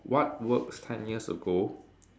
what works ten years ago